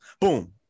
boom